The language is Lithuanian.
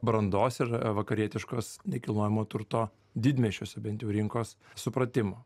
brandos ir vakarietiškos nekilnojamo turto didmiesčiuose bent jau rinkos supratimo